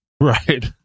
Right